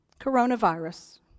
Coronavirus